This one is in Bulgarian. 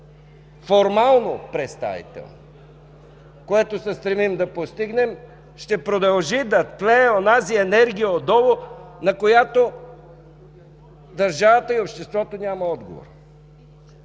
формално представителни, което се стремим да постигнем, ще продължи да тлее онази енергия отдолу, на която държавата и обществото нямат отговор.